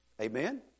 Amen